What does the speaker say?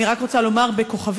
אני רק רוצה לומר בכוכבית,